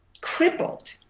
crippled